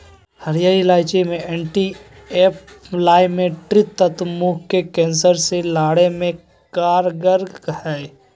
हरीयर इलायची मे एंटी एंफलामेट्री तत्व मुंह के कैंसर से लड़े मे कारगर हई